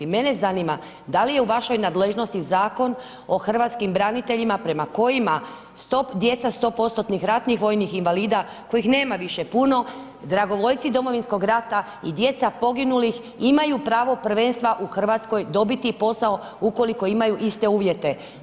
Mene zanima, da li je u vašoj nadležnosti Zakon o hrvatskim braniteljima, prema kojima djeca 100% ratnih vojnih invalida, kojih nema više puno, dragovoljci Domovinskog rata i djeca poginulih imaju pravo prvenstva u Hrvatskoj dobiti posao, ukoliko imaju iste uvjete?